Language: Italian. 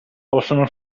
possono